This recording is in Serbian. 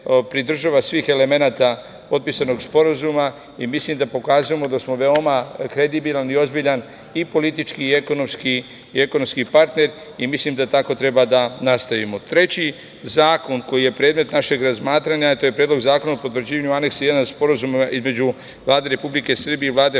pridržava svih elemenata potpisanog sporazuma i mislim da pokazujemo da smo veoma kredibilan, i ozbiljan, i politički, i ekonomski partner. Mislim da tako treba da nastavimo. Treći zakon koji je predmet našeg razmatranja je - Predlog zakona o potvrđivanju Aneksa 1 Sporazuma između Vlade Republike Srbije i Vlade